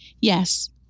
Yes